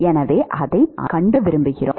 எனவே அதைத்தான் நாம் கண்டுபிடிக்க விரும்புகிறோம்